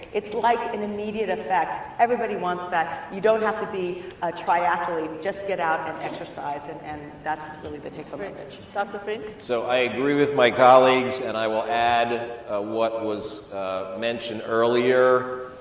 it's like an immediate effect. everybody wants that, you don't have to be a triathlete. just get out and exercise, and and that's really the take-home message. dr. fink? so i agree with my colleagues, and i will add what was mentioned earlier,